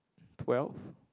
twelve